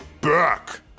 back